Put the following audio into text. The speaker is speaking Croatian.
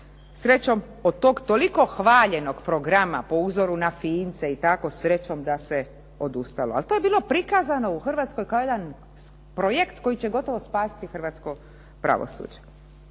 Srećom, od tog toliko hvaljenog programa po uzoru na Fince i tako, srećom da se odustalo. Ali to je bilo prikazano u Hrvatskoj kao jedan projekt koji će gotovo spasiti hrvatsko pravosuđe.